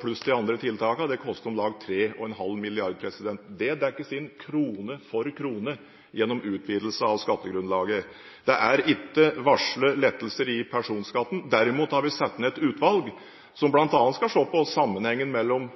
pluss de andre tiltakene. Det koster om lag 3,5 mrd. kr. Det dekkes inn krone for krone gjennom en utvidelse av skattegrunnlaget. Det er ikke varslet lettelser i personskatten. Derimot har vi satt ned et utvalg, som bl.a. skal se på sammenhengen mellom